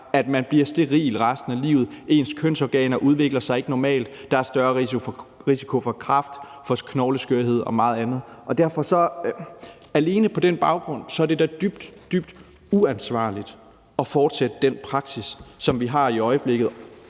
at man bliver steril resten af livet, at ens kønsorganer ikke udvikler sig normalt, og at der er større risiko for kræft, for knogleskørhed og meget andet. Derfor er det alene på den baggrund da dybt, dybt uansvarligt at fortsætte den praksis, som vi har i øjeblikket,